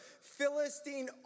Philistine